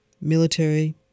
military